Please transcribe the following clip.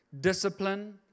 discipline